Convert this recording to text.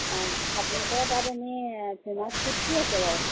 অ' আপোনালোকৰ তাত এনে কি আছে বাৰু